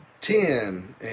ten